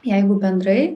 jeigu bendrai